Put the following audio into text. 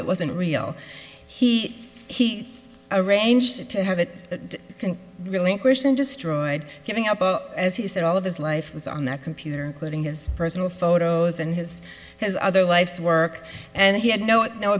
it wasn't real he he arranged to have it can relinquish and destroyed giving up as he said all of his life was on that computer including his personal photos and his his other life's work and he had no no